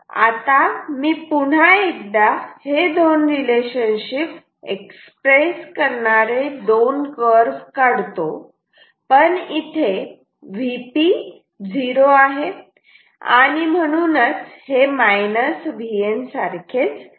आता मी पुन्हा एकदा हे दोन रिलेशनशिप एक्सप्रेस करणारे दोन कर्व काढतो पण इथे Vp 0 आहे आणि म्हणून हे Vn सारखेच आहे